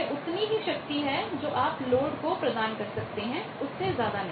यह उतनी ही शक्ति है जो आप लोड को प्रदान कर सकते हैंउससे ज्यादा नहीं